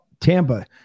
Tampa